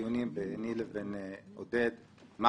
אדוני המנכ"ל תודה שבאת, הרשות נתונה לך.